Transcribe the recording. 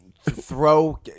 throw